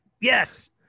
Yes